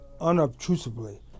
unobtrusively